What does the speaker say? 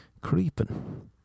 Creeping